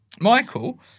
Michael